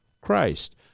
Christ